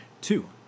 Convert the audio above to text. two